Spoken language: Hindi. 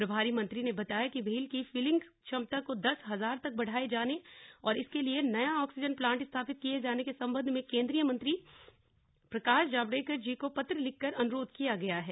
प्रभारी मंत्री ने बताया कि भेल की फिलिंग क्षमता को दस हजार तक बढ़ाये जाने और इसके लिए नया ऑक्सीजन प्लांट स्थापित किये जाने के सम्बंध में केंद्रीय मंत्री प्रकाश जावड़ेकर जी को पत्र लिख कर अनुरोध किया गया है